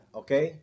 okay